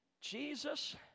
Jesus